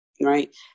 right